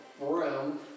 room